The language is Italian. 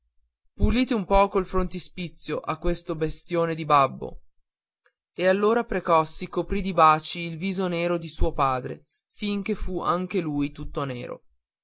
pulite un poco il frontespizio a questo bestione di babbo e allora precossi coprì di baci il viso nero di suo padre fin che fu anche lui tutto nero